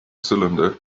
cylinder